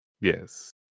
Yes